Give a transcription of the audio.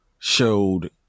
showed